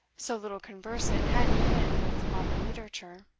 so little conversant had he been with modern literature.